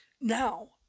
Now